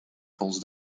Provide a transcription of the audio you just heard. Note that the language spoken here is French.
pense